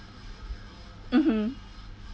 mmhmm